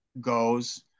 goes